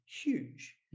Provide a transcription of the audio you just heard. huge